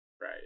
Right